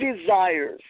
desires